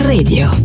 Radio